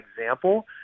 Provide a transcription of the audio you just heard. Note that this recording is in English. example